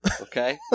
Okay